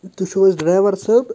تُہۍ چھُو حظ ڈرٛایوَر صٲب